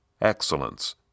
excellence